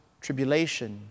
tribulation